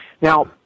Now